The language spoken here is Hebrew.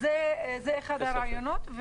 זה אחד הרעיונות.